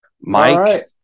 Mike